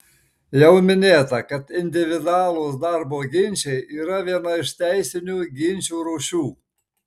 jau minėta kad individualūs darbo ginčai yra viena iš teisinių ginčų rūšių